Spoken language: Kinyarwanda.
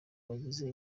bagize